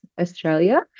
Australia